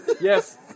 Yes